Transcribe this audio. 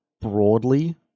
broadly